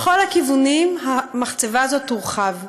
לכל הכיוונים המחצבה הזאת תורחב.